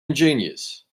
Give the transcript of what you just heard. ingenious